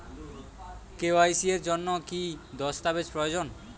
KYC এর জন্যে কি কি দস্তাবেজ প্রয়োজন?